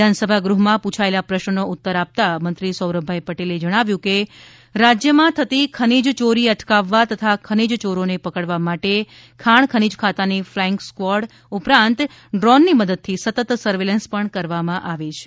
વિધાનસભા ગૃહમાં પૂછાયેલા પ્રશ્નનો ઉત્તર આપતા મંત્રી શ્રી સૌરભભાઈ પટેલે જણાવ્યું કે રાજ્યમાં થતી ખનીજ ચોરી અટકાવવા તથા ખનીજયોરોને પકડવા માટે ખાણ ખનીજ ખાતાની ફ્લાઇંગ સ્ક્વૉડ ઉપરાંત ડ્રોનની મદદથી સતત સર્વેલન્સ પણ કરવામાં આવે છે